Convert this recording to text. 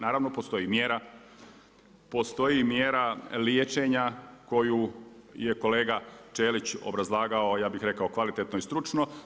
Naravno, postoji i mjera, postoji mjera liječenja, koju je kolega Ćelić obrazlagao, ja bih rekao kvalitetno i stručno.